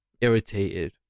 irritated